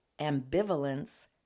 ambivalence